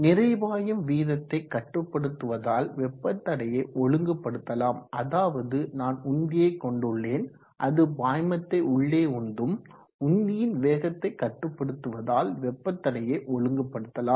நிறை பாயும் வீதத்தை கட்டுப்படுத்துவதால் வெப்ப தடையை ஒழுங்குப்படுத்தலாம் அதாவது நான் உந்தியை கொண்டுள்ளேன் அது பாய்மத்தை உள்ளே உந்தும் உந்தியின் வேகத்தை கட்டுப்படுத்துவதால் வெப்ப தடையை ஒழுங்குப்படுத்தலாம்